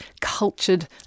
cultured